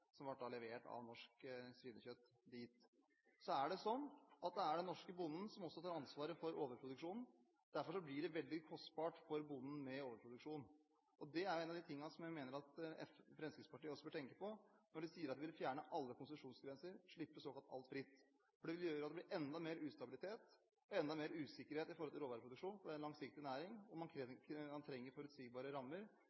som ble levert dit av norsk svinekjøtt. Så er det sånn at det er den norske bonden som også tar ansvaret for overproduksjonen. Derfor blir det veldig kostbart for bonden med overproduksjon. Det er en av de tingene som jeg mener at Fremskrittspartiet også bør tenke på når de sier at de vil fjerne alle konsesjonsgrenser og såkalt slippe alt fritt. Det vil gjøre at det blir enda mer ustabilitet og enda mer usikkerhet i forhold til råvareproduksjon for en langsiktig næring, og man